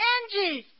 Angie